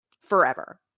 forever